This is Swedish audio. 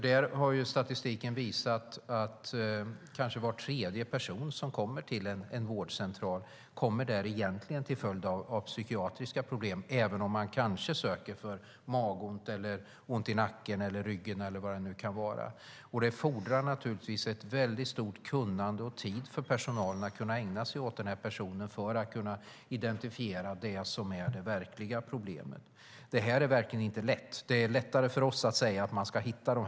Där har statistiken visat att kanske var tredje person som kommer till en vårdcentral kommer dit egentligen till följd av psykiatriska problem, även om man kanske söker hjälp för magont, ryggont, ont i nacken eller vad det nu kan vara. Det fordrar naturligtvis ett stort kunnande och tid av personalen för att kunna ägna sig åt den här personen för att identifiera det verkliga problemet. Det är verkligen inte lätt. Det är lättare för oss att säga att man ska hitta det.